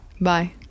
Bye